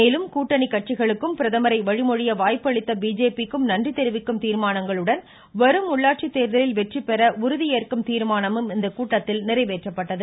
மேலும் கூட்டணி கட்சிகளுக்கும் பிரதமரை வழிமொழிய வாய்ப்பளித்த பிஜேபிக்கும் நன்றி தெரிவிக்கும் தீர்மானங்களுடன் வரும் உள்ளாட்சி தேர்தலில் வெற்றிபெற உறுதி ஏற்கும் தீர்மானமும் இந்த கூட்டத்தில் நிறைவேற்றப்பட்டது